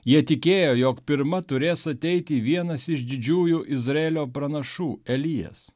jie tikėjo jog pirma turės ateiti vienas iš didžiųjų izraelio pranašų elijas